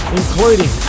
including